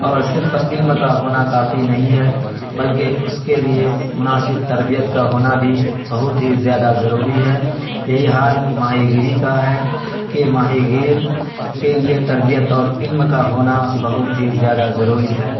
اور صرف علم کا ہونا کافی نہیں ہے بلکہ اس کے لیے مناسب تربیت کا ہونا بھی بہت ہی زیادہ ضروری ہے یہی حال ماہی گیری کا ہے کہ ماہی گیر کے لیے تربیت اور علم کا ہونا بہت ہی زیادہ ضروری ہے